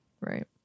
Right